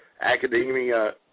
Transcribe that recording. academia